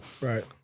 Right